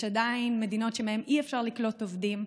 יש עדיין מדינות שמהן אי-אפשר לקלוט עובדים.